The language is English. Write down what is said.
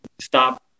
stop